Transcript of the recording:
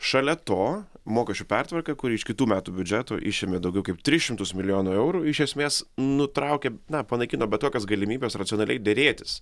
šalia to mokesčių pertvarka kuri iš kitų metų biudžeto išėmė daugiau kaip tris šimtus milijonų eurų iš esmės nutraukė na panaikino bet kokias galimybes racionaliai derėtis